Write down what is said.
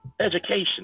Education